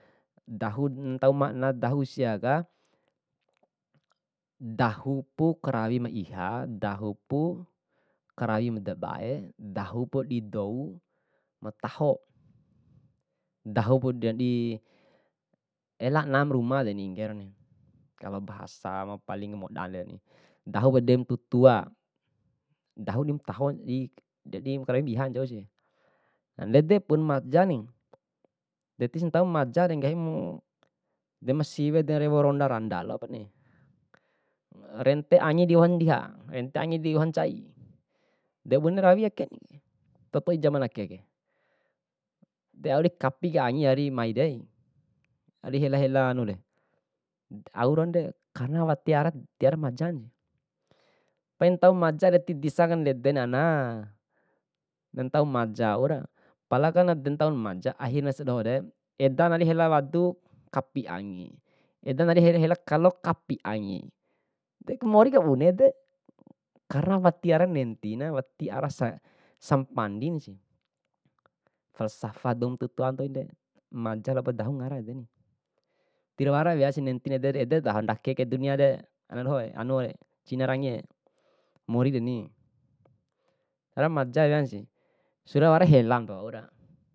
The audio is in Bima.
Dahu na dahu siaka, dahupu karawi ma iha, dahupu karawi ma dabae, dahupu di dou mataho. Dahu ku di elaknat ba ruma re ni, kalo bahasa ma paling moda deni. dahuku dimatu tua, dahu di mataho di dedi makarawi ma iha ncausini. Ndedepun majani, desi ntaumu majare nggahimu de masiwe de rewo ronda randa pani, rente angi diwoha ndiha, rente angi diwoha ncai, de bune rawi akeni, to toi jaman akeke, de au kapi kai angi ari maide, au dihela hela hanure. Au roande karena wati waran tiwara majana, pain taun maja re tidisana kandede ni ana, da ntau maja waura, pala kone dantauna maja, akhirna sia dohore, edana ta hela watu kapi angi, edana di hela hela kalo kapi angi. De kamori kabune de, karena diwara nentina, wati arasa sampangginasih falsafah dou matua tua ntoide maja labo dahu ngaranden. Tirwarajasi nentina edede ededa ndake kai duniare, ana dohoe, anue, cinara angie morikeni, pala majakaisi sura wara helampa waura.